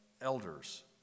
elders